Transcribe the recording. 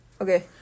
Okay